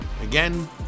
Again